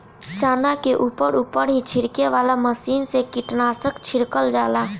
चना के ऊपर ऊपर ही छिड़के वाला मशीन से कीटनाशक छिड़कल जाला